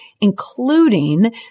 including